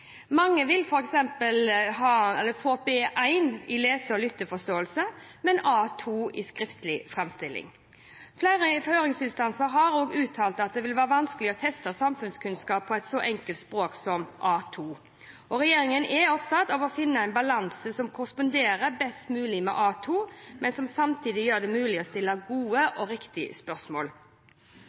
Mange vil f.eks. få B1 i lese- og lytteforståelse, men A2 i skriftlig framstilling. Flere høringsinstanser har også uttalt at det vil være vanskelig å teste samfunnskunnskaper med et så enkelt språk som A2. Regjeringen er opptatt av å finne en balanse som korresponderer best mulig med A2, men som samtidig gjør det mulig å stille gode og riktige spørsmål.